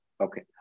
Okay